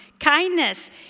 Kindness